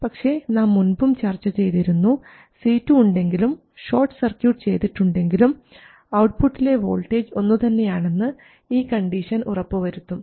പക്ഷേ നാം മുൻപും ചർച്ചചെയ്തിരുന്നു C2 ഉണ്ടെങ്കിലും ഷോർട്ട് സർക്യൂട്ട് ചെയ്തിട്ടുണ്ടെങ്കിലും ഔട്ട്പുട്ടിലെ വോൾട്ടേജ് ഒന്നുതന്നെയാണെന്ന് ഈ കണ്ടീഷൻ ഉറപ്പുവരുത്തും